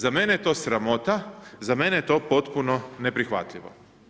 Za mene je to sramota, za mene je to potpuno neprihvatljivo.